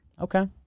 Okay